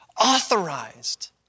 authorized